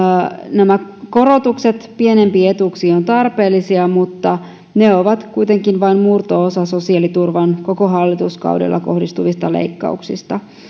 nämä korotukset pienempiin etuuksiin ovat tarpeellisia mutta ne ovat kuitenkin vain murto osa sosiaaliturvaan koko hallituskaudella kohdistuvista leikkauksista